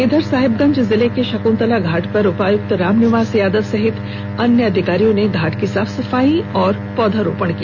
इधर साहेबगंज जिले के शकुन्तला घाट पर उपायुक्त रामनिवास यादव समेत अन्य अधिकारियों ने घाट की साफ सफाई की और पौधारोपण किया